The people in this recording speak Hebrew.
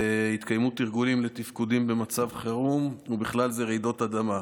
יתקיימו תרגולים לתפקוד במצבי חירום ובכלל זה רעידות אדמה.